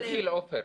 תלוי בגיל, עפר.